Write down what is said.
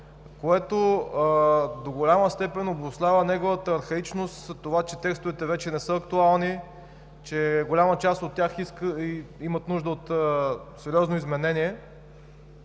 което до голяма степен обуславя неговата архаичност – това, че текстовете вече не са актуални, че голяма част от тях имат нужда от сериозно изменение.